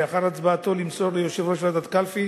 לאחר הצבעתו, למסור ליושב-ראש ועדת הקלפי